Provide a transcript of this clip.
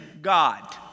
God